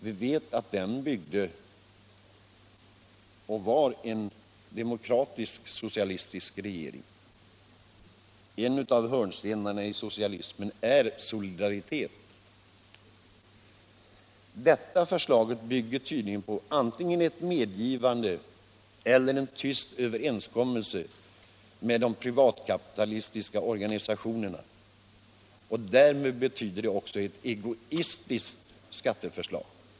Vi vet att den regeringen var en demokratisk socialistisk regering, och en av hörnstenarna i socialismen är solidaritet. Det nu föreliggande regeringsförslaget bygger tydligen antingen på ett medgivande eller på en tyst överenskommelse med de privatkapitalistiska organisationerna, och det betyder att vi har fått ett egoistiskt skatteförslag.